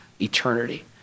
eternity